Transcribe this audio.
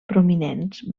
prominents